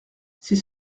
c’est